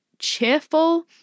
cheerful